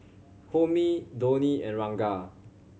Homi Dhoni and Ranga